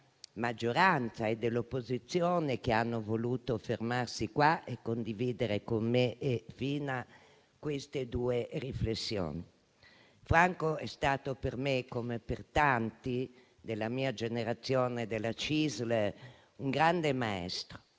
maggioranza e dell'opposizione che hanno voluto fermarsi e condividere con me e il senatore Fina queste due riflessioni. Franco è stato per me, come per tanti della mia generazione della CISL, un grande maestro: